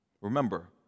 Remember